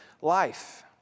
life